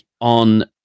on